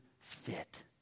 fit